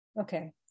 Okay